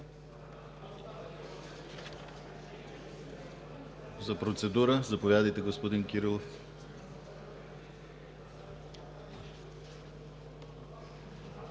За процедура – заповядайте, господин Кирилов.